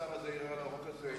השר הזה ערער על החוק הזה,